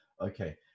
okay